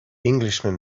englishman